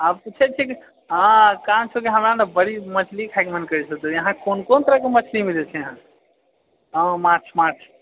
हम पुछै छियै कि हाँ हमरा बड़ी मछली खाइके मोन करै छलै तऽ इहाँ कोन कोन तरहके मछली मिलै छै इहाँ आ माँछ माँछ